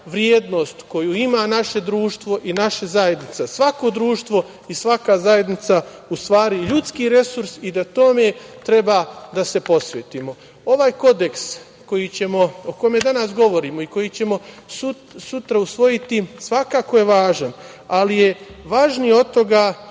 vrednost koju ima naše društvo i naša zajednica, svako društvo i svaka zajednica, u stvari ljudski resurs i da tome treba da se posvetimo. Ovaj kodeks o kome danas govorimo i koji ćemo sutra usvojiti svakako je važan, ali je važnije od toga